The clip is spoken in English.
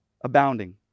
abounding